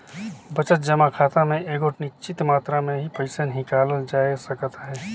बचत जमा खाता में एगोट निच्चित मातरा में ही पइसा हिंकालल जाए सकत अहे